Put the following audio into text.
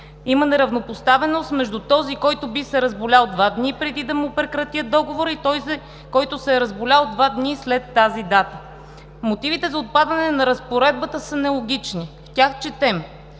Има неравнопоставеност между този, който би се разболял два дни преди да му прекратят договора, и този, който се е разболял два дни след тази дата. Мотивите за отпадане на разпоредбата са нелогични. В тях четем: